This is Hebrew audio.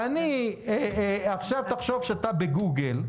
תחשוב שאתה ב-גוגל,